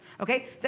okay